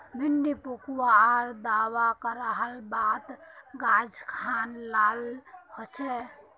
भिन्डी पुक आर दावा करार बात गाज खान लाल होए?